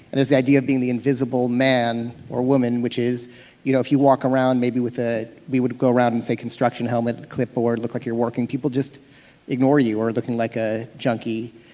and it's the idea of being the invisible man or woman, which is you know if you walk around maybe with a. we would go around in say a construction helmet, clipboard, look like you're working, people just ignore you. or looking like a junkie.